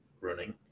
running